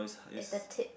it's the tip